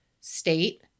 state